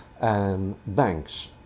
Banks